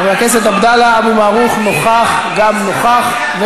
חבר הכנסת טלב אבו עראר, אינו נוכח.